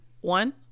one